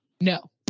No